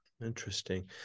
Interesting